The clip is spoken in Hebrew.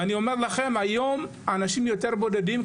היום האנשים יותר בודדים,